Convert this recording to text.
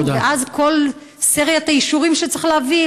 ואת כל סריית האישורים שצריך להביא,